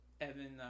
Evan